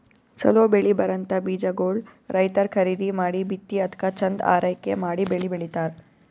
ಛಲೋ ಬೆಳಿ ಬರಂಥ ಬೀಜಾಗೋಳ್ ರೈತರ್ ಖರೀದಿ ಮಾಡಿ ಬಿತ್ತಿ ಅದ್ಕ ಚಂದ್ ಆರೈಕೆ ಮಾಡಿ ಬೆಳಿ ಬೆಳಿತಾರ್